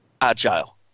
Agile